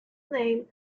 name